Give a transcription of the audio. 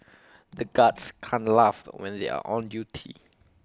the guards can't laugh when they are on duty